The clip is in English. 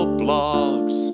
blogs